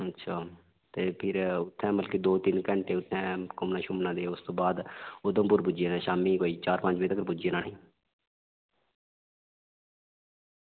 अच्छा ते मतलब उत्थें दौ तीन घैंटे घुम्मना ते ओह्दे बाद उधमपुर कोई तीन चार बजे तगर पुज्जी जाना